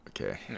okay